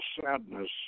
sadness